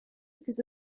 because